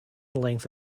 length